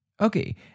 Okay